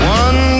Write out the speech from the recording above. one